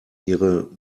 ihre